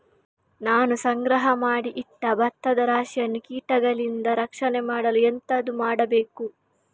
ನಾನು ಸಂಗ್ರಹ ಮಾಡಿ ಇಟ್ಟ ಭತ್ತದ ರಾಶಿಯನ್ನು ಕೀಟಗಳಿಂದ ರಕ್ಷಣೆ ಮಾಡಲು ಎಂತದು ಮಾಡಬೇಕು?